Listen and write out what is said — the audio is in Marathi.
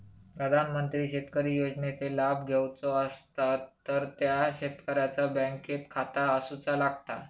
प्रधानमंत्री शेतकरी योजनेचे लाभ घेवचो असतात तर त्या शेतकऱ्याचा बँकेत खाता असूचा लागता